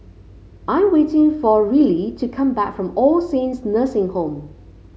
I waiting for Rillie to come back from All Saints Nursing Home